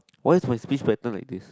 why is my speech pattern like this